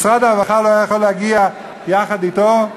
משרד הרווחה לא היה יכול להגיע יחד אתו?